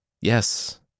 Yes